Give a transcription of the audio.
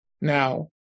now